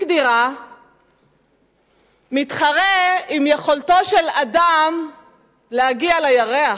דירה מתחרה עם יכולתו של אדם להגיע לירח?